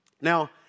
Now